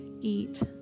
eat